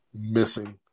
missing